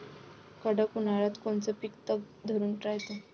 कडक उन्हाळ्यात कोनचं पिकं तग धरून रायते?